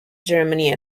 germany